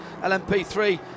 LMP3